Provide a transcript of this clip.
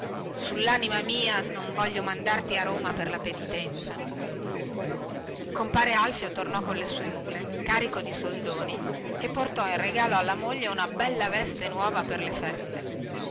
sullanima mia non voglio mandarti a roma per la penitenza compare alfio tornò colle sue mule carico di soldoni e portò in regalo alla moglie una bella veste nuova per le feste